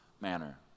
manner